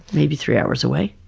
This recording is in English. maybe three hours away.